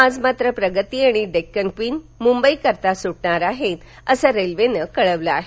आज मात्र प्रगती आणि डेक्कन क्वीन मुंबई करता सुटणार आहेत असं रेल्वेनं कळवलं आहे